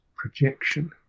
Projection